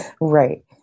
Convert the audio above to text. Right